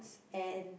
and